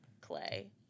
Clay